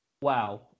Wow